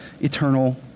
eternal